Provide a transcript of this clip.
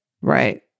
Right